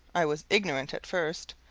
i was ignorant at first.